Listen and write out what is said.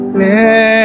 let